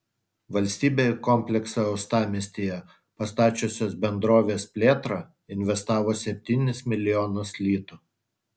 valstybė į kompleksą uostamiestyje pastačiusios bendrovės plėtrą investavo septynis milijonus litų